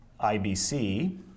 IBC